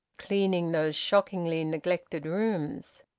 cleaning those shockingly neglected rooms.